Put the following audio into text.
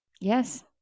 Yes